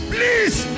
Please